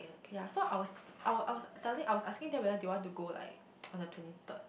ya so I was I was I was telling I was asking them whether they want to go like on the twenty third